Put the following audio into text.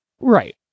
Right